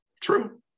true